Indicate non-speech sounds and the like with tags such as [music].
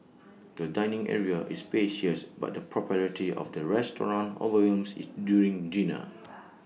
the dining area is spacious but the popularity of the restaurant overwhelms IT during dinner [noise]